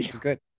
Good